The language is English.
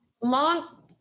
Long